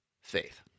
faith